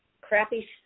crappy